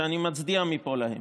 ואני מפה מצדיע להם.